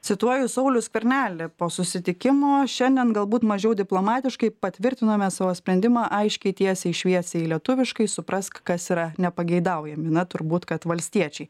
cituoju saulių skvernelį po susitikimo šiandien galbūt mažiau diplomatiškai patvirtinome savo sprendimą aiškiai tiesiai šviesiai lietuviškai suprask kas yra nepageidaujami na turbūt kad valstiečiai